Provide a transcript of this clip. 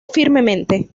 firmemente